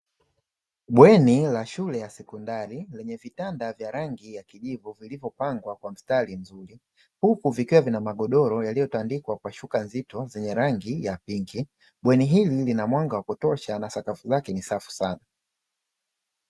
Bweni la shule ya sekondari lenye vitanda vya rangi ya kijivu vilivopangwa kwa mstari mzuri, huku vikiwa na magodoro yaliyotandikwa kwa shuka zito zenye rangi ya pink. Bweni hili linamwanga wa kutosha na sakafu lake ni safi sana.